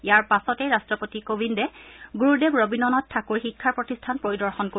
ইয়াৰ পাছতেই ৰাষ্ট্ৰপতি কোবিন্দে গুৰুদেৱ ৰবীন্দ্ৰনাথ ঠাকুৰ শিক্ষা প্ৰতিষ্ঠান পৰিদৰ্শন কৰিব